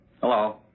Hello